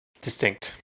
Distinct